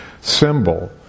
symbol